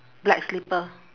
black slipper